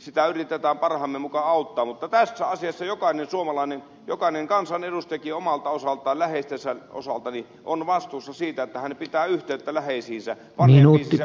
sitä yritämme parhaamme mukaan auttaa mutta tässä asiassa jokainen suomalainen jokainen kansanedustajakin omalta osaltaan läheistensä osalta on vastuussa siitä että hän pitää yhteyttä läheisiinsä vanhempiinsa isovanhempiin